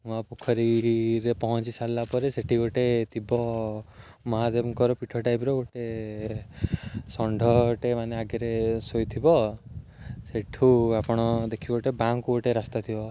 ନୂଆ ପୋଖରୀରେ ପହଞ୍ଚି ସାରିଲା ପରେ ସେଠି ଗୋଟେ ଥିବ ମହାଦେବଙ୍କର ପୀଠ ଟାଇପ୍ର ଗୋଟେ ଷଣ୍ଢଟେ ମାନେ ଆଗରେ ଶୋଇଥିବ ସେଠୁ ଆପଣ ଦେଖିବେ ଗୋଟେ ବାମକୁ ଗୋଟେ ରାସ୍ତା ଥିବ